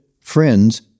friends